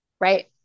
right